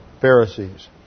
Pharisees